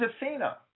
Athena